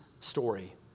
story